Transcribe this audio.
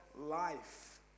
life